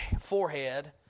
forehead